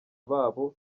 babo